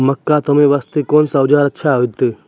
मक्का तामे वास्ते कोंन औजार अच्छा होइतै?